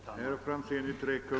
Herr talman!